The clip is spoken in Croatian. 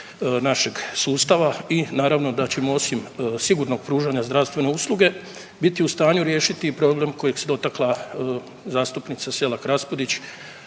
našeg sustava i naravno da ćemo osim sigurnog pružanja zdravstvene usluge biti u stanju riješiti i problem kojeg se dotakla zastupnica SElak Raspudić,